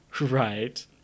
Right